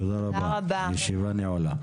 הישיבה נעולה.